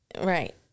Right